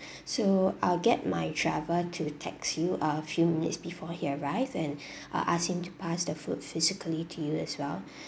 so I'll get my driver to text you a few minutes before he arrived and uh ask him to pass the food physically to you as well